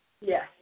Yes